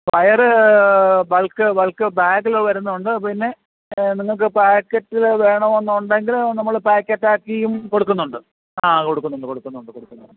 പയറ് bulk bulk ബാഗിൽ വരുന്നുണ്ട് പിന്നെ നിങ്ങൾക്ക് പായ്ക്കറ്റിൽ വേണമെന്നുണ്ടെങ്കിൽ നമ്മൾ പായ്ക്കറ്റാക്കിയും കൊടുക്കുന്നുണ്ട് ആ കൊടുക്കുന്നുണ്ട് കൊടുക്കുന്നുണ്ട് കൊടുക്കുന്നുണ്ട്